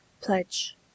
Pledge